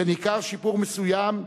וניכר שיפור מסוים,